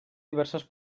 diverses